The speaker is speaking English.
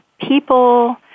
people